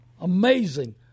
Amazing